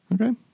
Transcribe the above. Okay